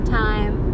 time